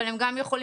אבל הם גם יכולים